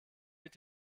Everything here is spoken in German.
mit